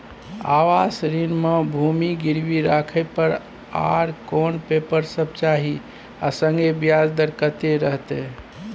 आवास ऋण म भूमि गिरवी राखै पर आर कोन पेपर सब चाही आ संगे ब्याज दर कत्ते रहते?